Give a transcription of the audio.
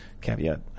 caveat